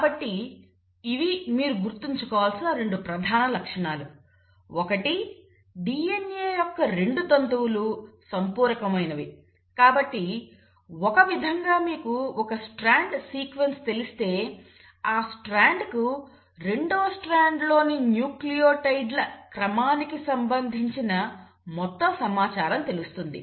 కాబట్టి ఇవి మీరు గుర్తుంచుకోవాల్సిన 2 ప్రధాన లక్షణాలు ఒకటి DNA యొక్క 2 తంతువులు సంపూరకరమైనవి కాబట్టి ఒక విధంగా మీకు ఒక స్ట్రాండ్ సీక్వెన్స్ తెలిస్తే ఆ స్ట్రాండ్కు పోచకు రెండవ స్ట్రాండ్లోని న్యూక్లియోటైడ్ల క్రమానికి సంబంధించిన మొత్తం సమాచారం తెలుస్తుంది